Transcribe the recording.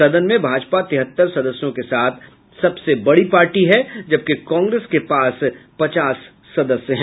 सदन में भाजपा तिहत्तर सदस्यों के साथ सबसे बड़ी पार्टी है जबकि कांग्रेस के पचास सदस्य है